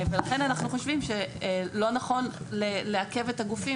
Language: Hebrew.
לכן אנחנו חושבים שלא נכון לעכב את הגופים